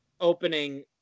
opening